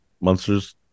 monsters